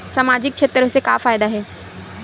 सामजिक क्षेत्र से का फ़ायदा हे?